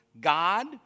God